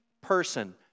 person